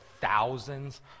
thousands